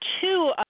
two